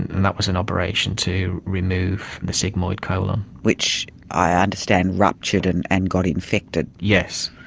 and and that was an operation to remove the sigmoid colon. which, i understand, ruptured and and got infected? yes,